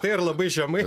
tai ar labai žemai